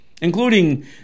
including